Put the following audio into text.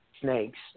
snakes